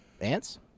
Ants